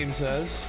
says